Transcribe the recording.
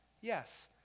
Yes